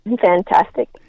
Fantastic